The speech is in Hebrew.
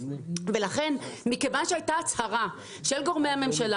לכן מכיוון שהייתה הצהרה של גורמי הממשלה